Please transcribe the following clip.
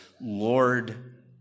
Lord